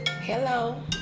Hello